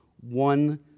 one